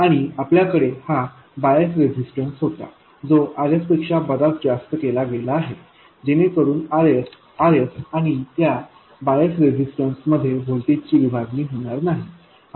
आणि आपल्या कडे हा बायस रेजिस्टन्स होता जो RS पेक्षा बराच जास्त केला गेला आहे जेणेकरून RSआणि या बायस रेसिस्टर्स मध्ये व्होल्टेजची विभागणी होणार नाही